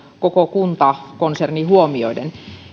koko kuntakonserni huomioiden